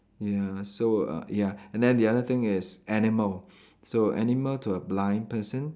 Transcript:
ya so uh ya and then the other thing is animal so animal to a blind person